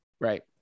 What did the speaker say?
Right